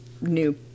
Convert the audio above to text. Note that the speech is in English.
new